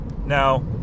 Now